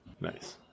nice